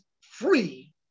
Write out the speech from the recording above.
free